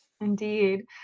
Indeed